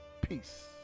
Peace